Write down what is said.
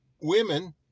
women